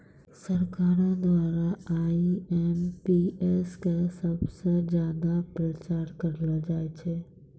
सरकारो द्वारा आई.एम.पी.एस क सबस ज्यादा प्रचार करलो जाय छै